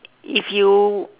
if you